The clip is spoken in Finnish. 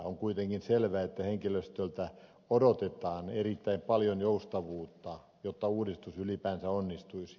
on kuitenkin selvää että henkilöstöltä odotetaan erittäin paljon joustavuutta jotta uudistus ylipäänsä onnistuisi